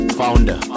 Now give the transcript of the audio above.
founder